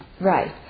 Right